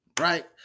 right